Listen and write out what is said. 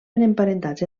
emparentats